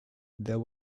there